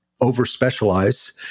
over-specialize